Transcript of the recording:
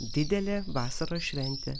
didelė vasaros šventė